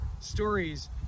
stories